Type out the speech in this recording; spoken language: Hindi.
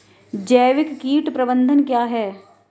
जैविक कीट प्रबंधन क्या है?